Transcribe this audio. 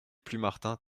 plumartin